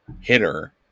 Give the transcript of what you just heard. hitter